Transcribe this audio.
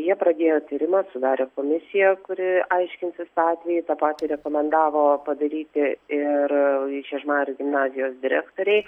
jie pradėjo tyrimą sudarė komisiją kuri aiškinsis atvejį tą patį rekomendavo padaryti ir žiežmarių gimnazijos direktorei